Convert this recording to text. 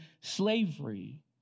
slavery